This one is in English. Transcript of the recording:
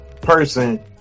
person